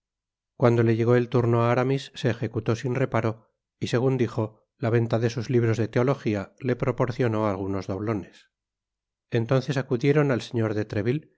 cuando le llegó el turno á aramis se ejecutó sin reparo y segun dijo la venta de sus libros de teologia le proporcionó algunos doblones entonces acudieron al señor de treville